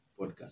podcast